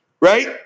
Right